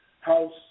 house